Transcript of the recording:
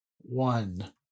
One